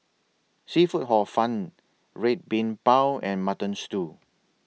Seafood Hor Fun Red Bean Bao and Mutton Stew